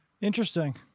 Interesting